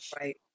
Right